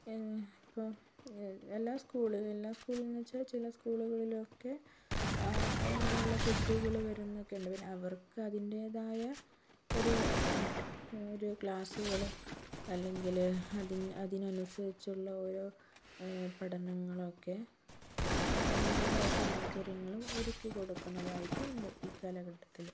ഇപ്പൊൾ എല്ലാ സ്കൂളിലും എല്ലാ സ്കൂളുകളിലും എന്നുവെച്ചാൽ ചില സ്ക്കൂളുകളിലൊക്കെ അങ്ങനെയുള്ള കുട്ടികൾ വരുന്നൊക്കെയുണ്ട് അവർക്ക് അതിൻ്റെതായ ഒരു ക്ളാസുകളും അല്ലെങ്കില് അതിന് അതിനനുസരിച്ചുള്ള ഒര് പഠനങ്ങളും ഒക്കെ അതിൻ്റെതായ സാഹചര്യങ്ങളും ഒരുക്കി കൊടുക്കുന്നതായിട്ടും ഉണ്ട് ഈ കാലഘട്ടത്തില്